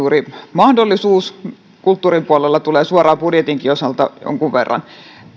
mahdollisuus kulttuurin puolella tulee suoraan budjetinkin osalta jonkun verran